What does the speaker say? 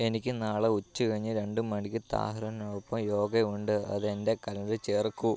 എനിക്ക് നാളെ ഉച്ച കഴിഞ്ഞ് രണ്ട് മണിക്ക് താഹിറിനൊപ്പം യോഗയുണ്ട് അത് എന്റെ കലണ്ടറിൽ ചേർക്കൂ